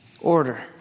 order